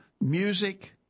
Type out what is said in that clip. music